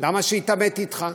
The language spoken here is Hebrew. למה שיתעמת אתך?